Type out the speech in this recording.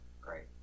Great